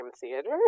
theater